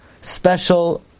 special